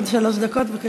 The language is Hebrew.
עוד שלוש דקות, בבקשה.